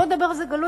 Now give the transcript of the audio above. בוא נדבר על זה גלוי,